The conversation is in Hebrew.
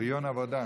פריון עבודה.